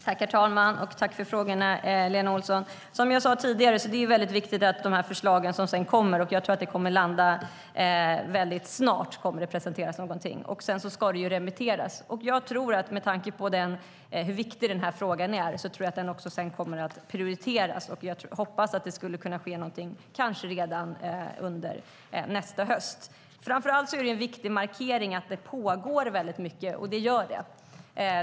Herr talman! Tack, Lena Olsson, för frågorna! Som jag sade tidigare tror jag att det snart kommer att presenteras förslag. Sedan ska förslagen remitteras. Med tanke på hur viktig den här frågan är tror jag att den kommer att prioriteras. Jag hoppas att det skulle kunna ske något kanske redan under nästa höst. Framför allt är det en viktig markering att det pågår väldigt mycket, och det gör det.